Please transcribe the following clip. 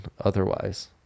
otherwise